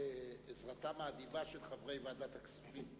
בעזרתם האדיבה של חברי ועדת הכספים.